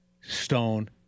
Stone